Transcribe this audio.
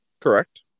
Correct